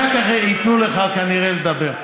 כנראה אין.